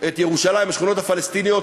את ירושלים, השכונות הפלסטיניות.